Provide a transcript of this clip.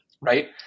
right